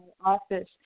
office